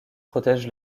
protège